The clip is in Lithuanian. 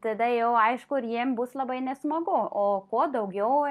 tada jau aišku ir jiem bus labai nesmagu o kuo daugiau